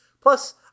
plus